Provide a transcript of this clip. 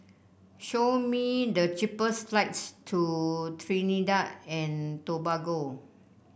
show me the cheapest flights to Trinidad and Tobago